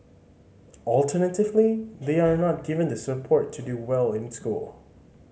alternatively they are not given the support to do well in school